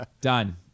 Done